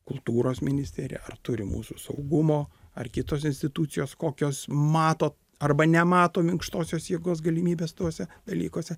kultūros ministerija ar turi mūsų saugumo ar kitos institucijos kokios mato arba nemato minkštosios jėgos galimybes tuose dalykuose